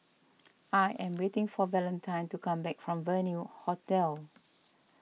I am waiting for Valentine to come back from Venue Hotel